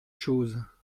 choses